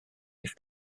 eich